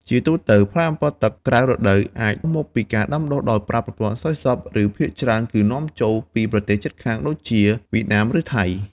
ជាទូទៅ ផ្លែអម្ពិលទឹកក្រៅរដូវអាចមកពីការដាំដុះដោយប្រើប្រព័ន្ធស្រោចស្រព ឬភាគច្រើនគឺនាំចូលពីប្រទេសជិតខាងដូចជា វៀតណាម ឬថៃ។